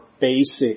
basic